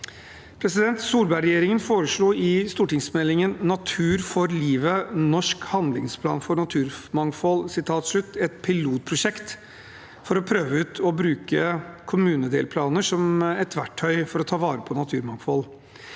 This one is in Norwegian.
naturområder. Solberg-regjeringen foreslo i stortingsmeldingen Natur for livet – Norsk handlingsplan for naturmangfold et pilotprosjekt for å prøve ut bruk av kommunedelplaner som et verktøy for å ta vare på naturmangfold.